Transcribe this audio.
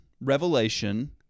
Revelation